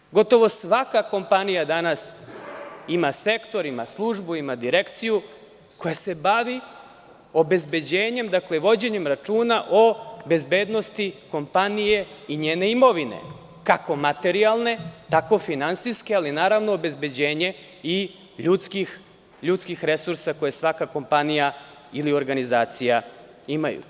Danas gotovo svaka kompanija ima sektor, ima službu, ima direkciju koja se bavi obezbeđenjem, vođenjem računa o bezbednosti kompanije i njene imovine, kako materijalne, tako finansijske, ali i obezbeđenjem i ljudskih resursa koje svaka kompanija ili organizacija ima.